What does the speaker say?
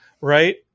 right